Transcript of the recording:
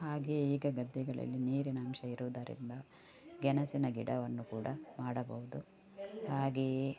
ಹಾಗೇ ಈಗ ಗದ್ದೆಗಳಲ್ಲಿ ನೀರಿನ ಅಂಶ ಇರುವುದರಿಂದ ಗೆಣಸಿನ ಗಿಡವನ್ನು ಕೂಡ ಮಾಡಬಹುದು ಹಾಗೆಯೇ